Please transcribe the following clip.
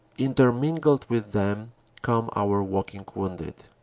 intermingled with them come our walking wounded.